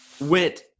went –